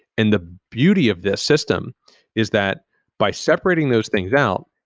and the beauty of this system is that by separating those things out,